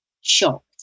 shocked